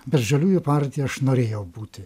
bet žaliųjų partija aš norėjau būti